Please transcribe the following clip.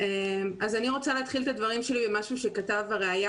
אז אני רוצה להתחיל את הדברים שלי במשהו שכתב הראי"ה